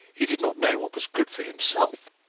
he did not know what was good for himself!